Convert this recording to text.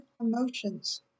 emotions